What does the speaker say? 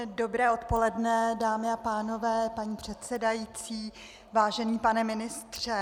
Dobré odpoledne, dámy a pánové, paní předsedající, vážený pane ministře.